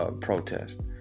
protest